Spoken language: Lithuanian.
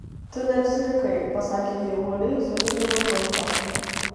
tu neapsirikai pasakė ji uoliai zulindama gruntą